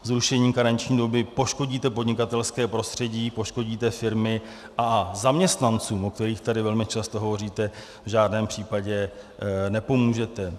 Zrušením karenční doby poškodíte podnikatelské prostředí, poškodíte firmy a zaměstnancům, o kterých tady velmi často hovoříte, v žádném případě nepomůžete.